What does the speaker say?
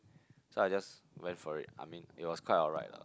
so I just went for it I mean it was quite alright lah